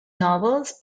novels